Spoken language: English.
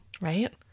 Right